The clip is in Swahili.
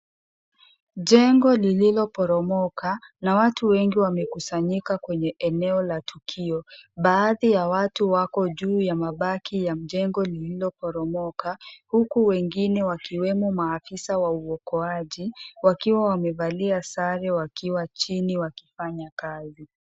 Jengo lililoporomoka na watu wengi wamekusanyika kwenye eneo la tukio. Baadhi ya watu wako juu ya mabaki ya jengo lililoporomoka huku wengine wakiwa maafisa wa uokoaji wakiwa wamevalia sare wakiwa chini wakifanya kazi.